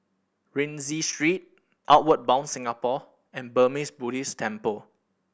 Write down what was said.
Rienzi Street Outward Bound Singapore and Burmese Buddhist Temple